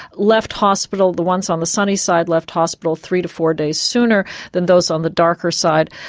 left hospital the ones on the sunny side left hospital three to four days sooner than those on the darker side.